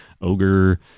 ogre